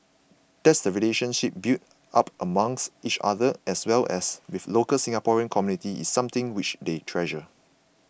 that the relationships built up amongst each other as well as with local Singaporean community is something which they treasure